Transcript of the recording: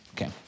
Okay